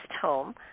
home